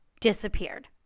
disappeared